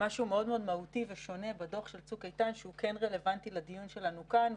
משהו מאוד מהותי ושונה בדוח של צוק איתן שהוא רלוונטי לדיון שלנו כאן.